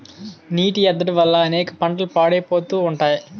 నీటి ఎద్దడి వల్ల అనేక పంటలు పాడైపోతా ఉంటాయి